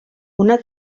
una